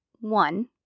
one